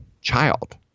child